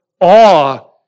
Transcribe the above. awe